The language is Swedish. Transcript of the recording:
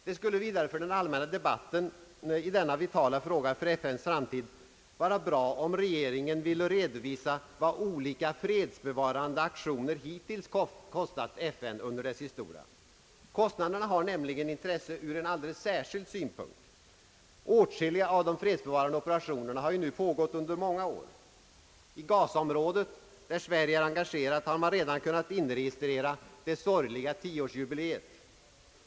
Det skulle vidare för den allmänna debatten i denna vitala fråga om FN:s framtid vara bra om regeringen ville redovisa vad olika fredsbevarande aktioner hittills kostat FN under dess historia. Kostnaderna har nämligen intresse ur en alldeles särskild synpunkt. Åtskilliga av de fredsbevarande aktionerna har nu pågått under många år. I Ghazaområdet, där Sverige är engage rat, har man redan kunnat inregistrera det sorgliga tioårsjubiléet.